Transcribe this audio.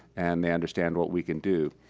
and they understand what we can do.